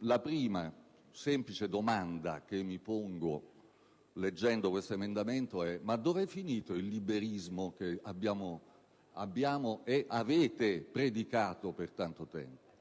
la prima semplice domanda che mi pongo leggendone il testo è la seguente: dove è finito il liberismo che abbiamo (che avete) predicato per tanto tempo?